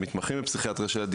מתמחים בפסיכיאטריה של הילד,